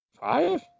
Five